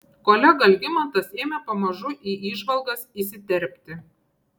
kolega algimantas ėmė pamažu į įžvalgas įsiterpti